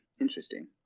interesting